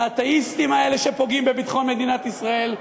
את האתאיסטים האלה שפוגעים בביטחון מדינת ישראל,